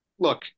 Look